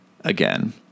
again